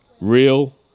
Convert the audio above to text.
real